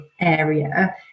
area